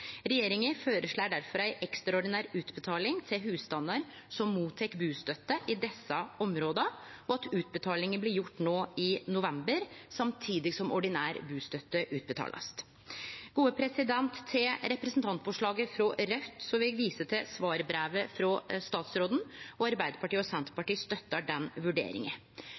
Regjeringa føreslår difor ei ekstraordinær utbetaling til husstandar som mottek bustøtte i desse områda, og at ein gjer utbetalinga no i november, samtidig som ordinær bustøtte vert utbetalt. Til representantforslaget frå Raudt vil eg vise til svarbrevet frå statsråden. Arbeidarpartiet og Senterpartiet støttar den vurderinga.